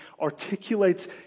articulates